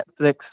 Netflix